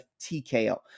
TKO